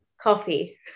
coffee